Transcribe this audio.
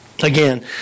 Again